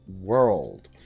world